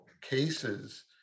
cases